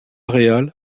real